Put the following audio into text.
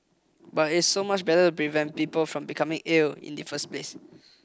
but it's so much better prevent people from becoming ill in the first place